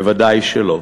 ודאי שלא.